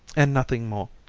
and nothing more,